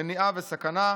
מניעה וסכנה,